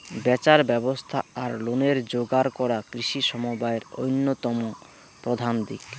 ব্যাচার ব্যবস্থা আর লোনের যোগার করা কৃষি সমবায়ের অইন্যতম প্রধান দিক